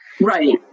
Right